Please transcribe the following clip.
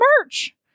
merch